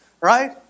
right